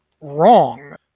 wrong